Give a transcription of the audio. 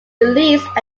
released